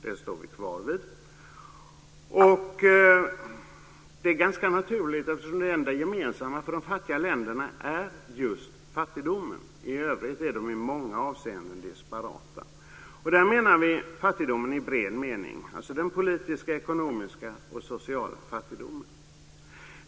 Det står vi kvar vid. Det är ganska naturligt eftersom det enda gemensamma för de fattiga länderna är just fattigdomen - i övrigt är de ju i många avseenden disparata - och här menar vi fattigdomen i bred mening, alltså den politiska, ekonomiska och sociala fattigdomen.